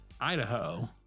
Idaho